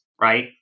right